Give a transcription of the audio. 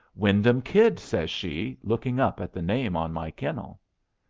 wyndham kid, says she, looking up at the name on my kennel.